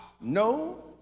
No